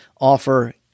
offer